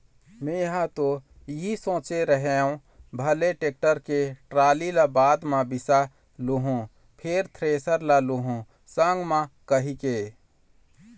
मेंहा ह तो इही सोचे रेहे हँव भले टेक्टर के टाली ल बाद म बिसा लुहूँ फेर थेरेसर ल लुहू संग म कहिके